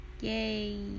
yay